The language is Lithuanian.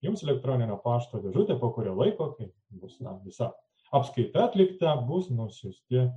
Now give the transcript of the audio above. jums elektroninio pašto dėžutę po kurio laiko kai bus na visa apskaita atlikta bus nusiųsti